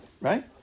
right